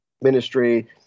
ministry